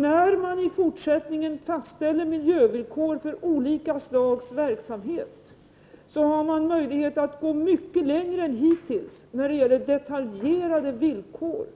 När man i fortsättningen fastställer miljövillkor för olika slags verksamhet har man möjlighet att gå mycket längre än hittills när det gäller detaljerade villkor.